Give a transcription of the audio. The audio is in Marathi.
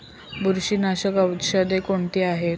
बुरशीनाशक औषधे कोणती आहेत?